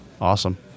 Awesome